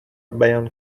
بیان